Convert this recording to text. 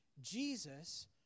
Jesus